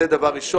זה דבר ראשון.